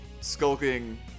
skulking